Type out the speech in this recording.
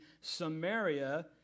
Samaria